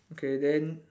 okay then